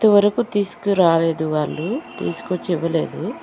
ఇంతవరకు తీసుకురాలేదు వాళ్ళు తీస్కొని వచ్చి ఇవ్వలేదు